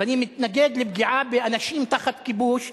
ואני מתנגד לפגיעה באנשים תחת כיבוש,